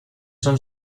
son